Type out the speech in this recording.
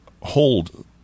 hold